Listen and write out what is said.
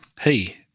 Hey